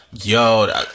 yo